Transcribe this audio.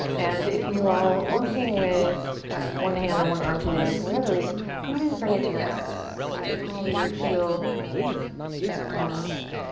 and if you are working with one hand or one arm today, for whatever reason, go ahead and bring it to your heart so we can all really feel this warmth.